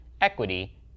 equity